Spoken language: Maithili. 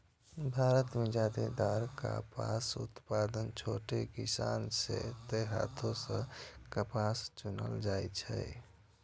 भारत मे जादेतर कपास उत्पादक छोट किसान छै, तें हाथे सं कपास चुनल जाइ छै